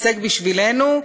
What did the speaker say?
הישג בשבילנו,